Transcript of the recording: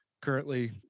currently